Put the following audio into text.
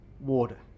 water